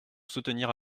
soutenir